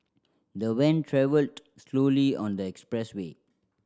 the van travelled slowly on the expressway